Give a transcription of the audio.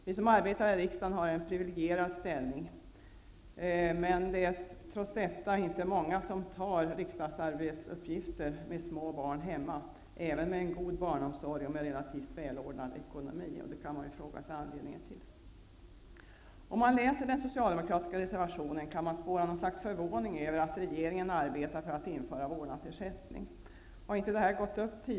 Vi som arbetar i riksdagen har en privilegierad ställning, men det är ändå inte många som tar riksdagsarbetsuppgifter om de har små barn hemma -- inte ens med en god barnomsorg och relativt välordnad ekonomi. Man kan fråga sig varför. Om man läser den socialdemokratiska reservationen kan man spåra något slags förvåning över att regeringen arbetar för att införa vårdnadsersättning.